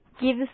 Give